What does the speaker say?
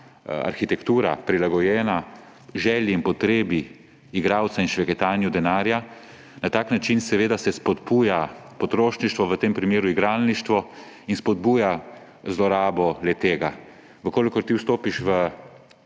arhitektura prilagojena želji in potrebi igralca in žvenketanju denarja, na tak način seveda se spodbuja potrošništvo, v tem primeru igralništvo, in spodbuja zlorabo le-ega. Če ti vstopiš